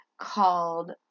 called